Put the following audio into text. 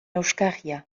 euskarria